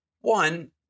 One